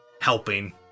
helping